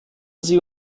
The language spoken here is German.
sie